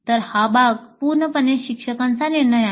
तर हा भाग पूर्णपणे शिक्षकांचा निर्णय आहे